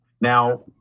Now